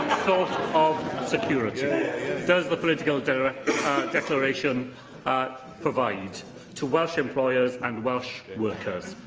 sort of security does the political declaration provide to welsh employers and welsh workers,